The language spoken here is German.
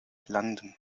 landen